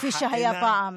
כפי שהיה פעם.